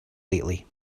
lately